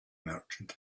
merchant